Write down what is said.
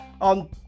on